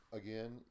again